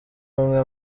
umwe